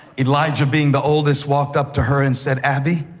elijah, being the oldest, walked up to her and said, abbey,